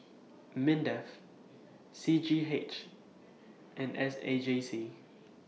Mindef C G H and S A J C